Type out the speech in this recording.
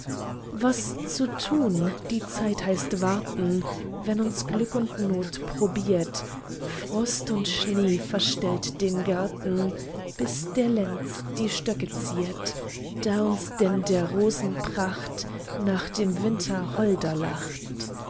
was zu tun die zeit heißt warten wenn uns glück und not probiert frost und schnee verstellt den garten bis der lenz die stöcke ziert da uns denn der rosen pracht nach dem winter holder lacht